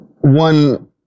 one